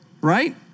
Right